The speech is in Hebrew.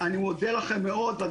לכם מאוד.